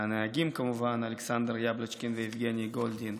הנהגים כמובן: אלכסנדר יבלוצ'קין ויבגני גולדין.